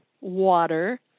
water